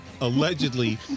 Allegedly